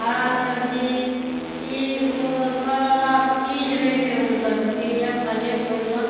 हरा सब्ज़ी ई ओ सभ रंगके चीज़ रहै छै हुनकरसभके या फले फूलमे